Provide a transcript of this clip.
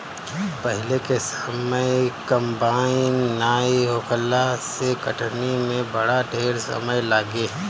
पहिले के समय कंबाइन नाइ होखला से कटनी में बड़ा ढेर समय लागे